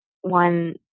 one –